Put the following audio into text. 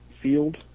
field